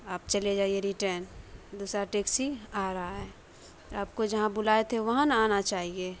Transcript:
آپ چلے جائیے ریٹین دوسرا ٹیکسی آ رہا ہے آپ کو جہاں بلائے تھے وہاں نا آنا چاہیے